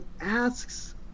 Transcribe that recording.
asks